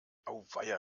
auweia